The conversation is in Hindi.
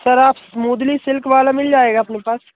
सर आप मोदिनी सिल्क वाला मिल जाएगा अपने पास